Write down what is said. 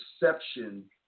perception